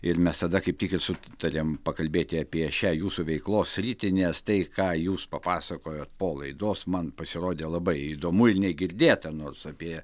ir mes tada kaip tik sutarėm pakalbėti apie šią jūsų veiklos sritį nes tai ką jūs papasakojot po laidos man pasirodė labai įdomu ir negirdėta nors apie